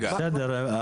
בסדר,